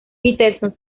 peterson